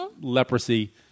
leprosy